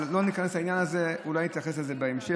אבל לא ניכנס לעניין הזה, אולי נתייחס לזה בהמשך.